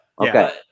Okay